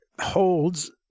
holds